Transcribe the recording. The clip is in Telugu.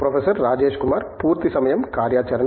ప్రొఫెసర్ రాజేష్ కుమార్ పూర్తి సమయం కార్యాచరణ